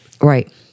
Right